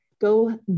go